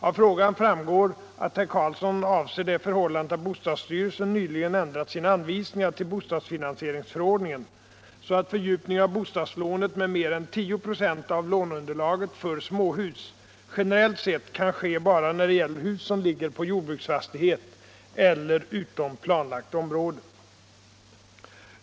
Av frågan framgår att herr Karlsson avser det förhållandet att bostadsstyrelsen nyligen ändrat sina anvisningar till bostadsfinansieringsförordningen så att fördjupning av bostadslånet med mer än 10 96 av låneunderlaget för småhus generellt sett kan ske bara när det gäller hus som ligger på jordbruksfastighet eller utom planlagt område.